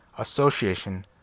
association